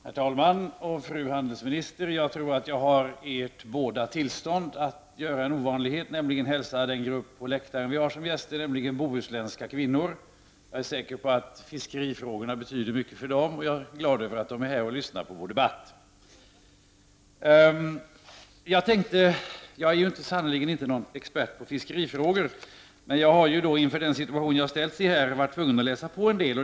Herr talman! Fru handeisminister! Jag tror att jag har era bådas tillstånd att göra en ovanlighet, nämligen hälsa den grupp av bohusländska kvinnor på läktaren, som vi har som gäster, välkommen. Jag är säker på att fiskerifrågorna betyder mycket för de bohusländska kvinnorna. Jag är glad över att de är här och lyssnar på vår debatt. Jag är sannerligen inte någon expert på fiskerifrågor, men inför denna situation har jag varit tvungen att läsa på en del.